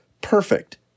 perfect